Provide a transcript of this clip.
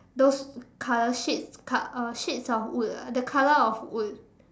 those color shades co~ uh shades of wood ah the color of wood